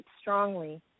strongly